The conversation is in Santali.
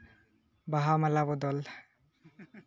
ᱵᱟᱦᱟ ᱢᱟᱞᱟ ᱵᱚᱫᱚᱞ